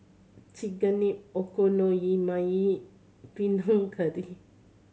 Chigenabe Okonomiyaki Panang Curry